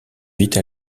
vite